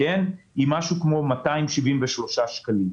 היא משהו כמו 273 שקלים.